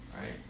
right